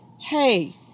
hey